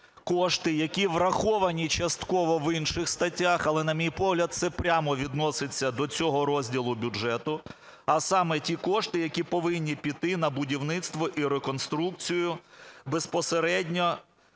кошти, які враховані частково в інших статтях, але, на мій погляд, це прямо відноситься до цього розділу бюджету, а саме ті кошти, які повинні піти на будівництво і реконструкцію безпосередньо,